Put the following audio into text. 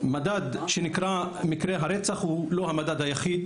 מדד שנקרא מקרי הרצח הוא לא המדד היחיד